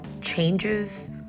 changes